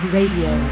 Radio